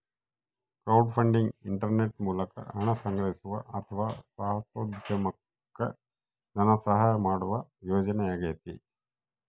crowdfunding internet ಮೂಲಕ ಹಣ ಸಂಗ್ರಹಿಸುವ ಅಥವಾ ಸಾಹಸೋದ್ಯಮುಕ್ಕ ಧನಸಹಾಯ ಮಾಡುವ ಯೋಜನೆಯಾಗೈತಿ